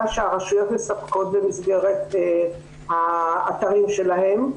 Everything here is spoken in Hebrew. שהרשויות מספקות במסגרת האתרים שלהם.